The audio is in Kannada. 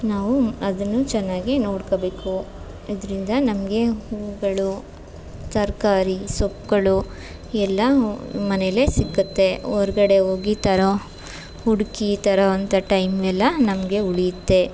ನಾವು ಅದನ್ನು ಚೆನ್ನಾಗಿ ನೋಡ್ಕೋಬೇಕು ಅದರಿಂದ ನಮಗೆ ಹೂಗಳು ತರಕಾರಿ ಸೊಪ್ಪುಗಳು ಎಲ್ಲ ಮನೆಯಲ್ಲೇ ಸಿಕ್ಕುತ್ತೆ ಹೊರ್ಗಡೆ ಹೋಗಿ ತರೋ ಹುಡುಕಿ ತರುವಂತ ಟೈಮೆಲ್ಲ ನಮಗೆ ಉಳಿಯುತ್ತೆ